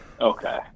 Okay